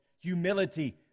humility